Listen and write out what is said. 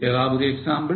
ஏதாவது எக்ஸாம்பிள்